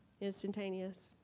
instantaneous